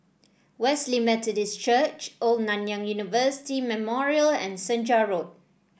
Wesley Methodist Church Old Nanyang University Memorial and Senja Road